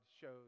shows